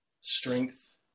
strength